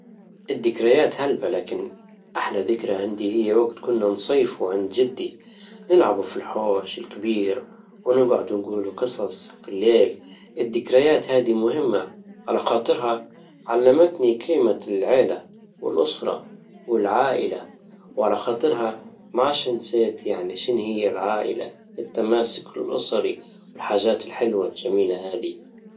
الذكريات هلبة لكن احلى ذكرى عندي هي وجت كنا نصيفوا عند جدي نلعبوا في الحوش الكبير ونجعد نجولوا قصص فى الليل الذكريات هادي مهمة على خاطرها علمتني قيمة العيلة والاسرة والعائلة وعلى خاطرها ما عادش نسيت يعني شنهي العائلة التماسك الاسري والحاجات الحلوة الجميلة هذي